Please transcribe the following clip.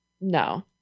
No